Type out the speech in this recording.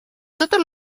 totes